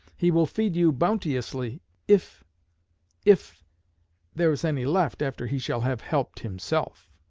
he will feed you bounteously if if there is any left after he shall have helped himself.